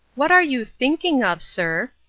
what are you thinking of, sir,